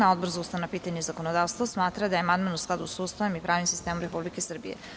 Odbor za ustavna pitanja i zakonodavstvo smatra da je amandman u skladu sa Ustavom i pravnim sistemom Republike Srbije.